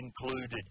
included